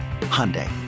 Hyundai